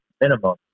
minimum